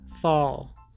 fall